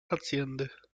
hacjendy